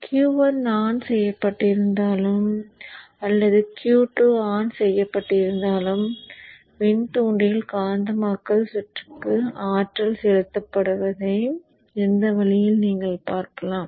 Q1 on செய்யப்பட்டிருந்தாலும் அல்லது Q2 on செய்யப்பட்டிருந்தாலும் மின்தூண்டியில் காந்தமாக்கல் சுற்றுக்கு ஆற்றல் செலுத்தப்படுவதை இந்த வழியில் நீங்கள் பார்க்கலாம்